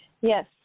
Yes